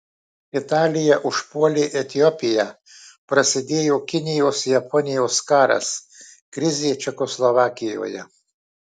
italija užpuolė etiopiją prasidėjo kinijos japonijos karas krizė čekoslovakijoje